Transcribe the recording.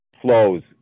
flows